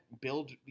build –